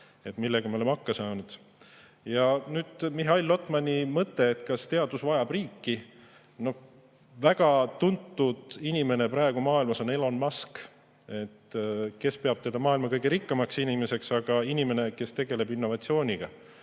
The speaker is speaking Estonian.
millega me oleme hakkama saanud. Ja nüüd Mihhail Lotmani mõte, kas teadus vajab riiki. Väga tuntud inimene praegu maailmas on Elon Musk. [Paljud] peavad teda maailma kõige rikkamaks inimeseks, aga ta on inimene, kes tegeleb innovatsiooniga.